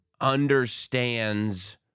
understands